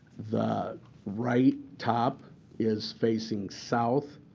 the right top is facing south.